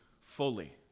fully